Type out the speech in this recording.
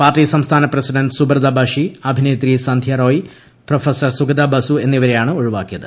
party സംസ്ഥാന president Subrata Bakshi അഭിന്നേത്രി Sandhya Roy professor Sugata Basu എന്നിവരെയാണ് ഒഴിവാക്കിയത്